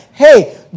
hey